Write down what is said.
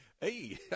Hey